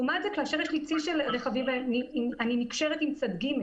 רק בנושא של מיקור חוץ בהתקשרות עם צד ג',